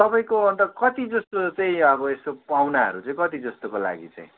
तपाईँको अन्त कति जस्तो चाहिँ अब यसो पाहुनाहरू चाहिँ कति जस्तोको लागि चाहिँ